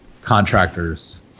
contractors